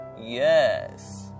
Yes